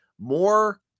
more